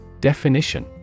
Definition